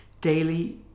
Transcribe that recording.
daily